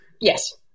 Yes